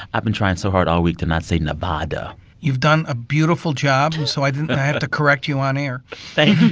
i've been trying so hard all week to not say nevah-da you've done a beautiful job, and so i didn't have to correct you on air thank you.